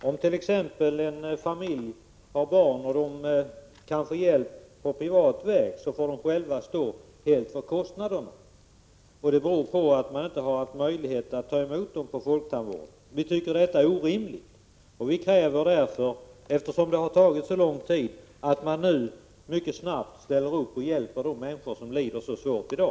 Om t.ex. en familj har barn och söker hjälp privat får familjen själv helt stå för kostnaderna. Det beror på att folktandvården inte har haft möjlighet att ta emot familjen. Vi tycker att detta är orimligt. Vi kräver därför, eftersom det har tagit så lång tid, att man nu mycket snabbt ställer upp och hjälper de människor som lider så svårt i dag.